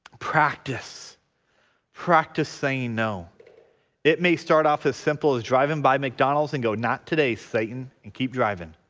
practice practice saying no it may start off as simple as driving by mcdonald's and go not today satan and keep driving.